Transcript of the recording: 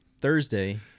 Thursday